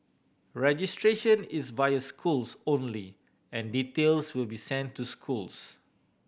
registration is via schools only and details will be sent to schools